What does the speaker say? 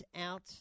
out